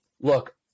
Look